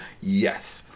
Yes